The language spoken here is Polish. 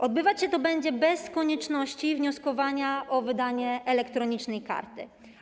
Odbywać się to będzie bez konieczności wnioskowania o wydanie elektronicznej karty.